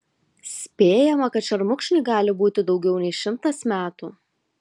spėjama kad šermukšniui gali būti daugiau nei šimtas metų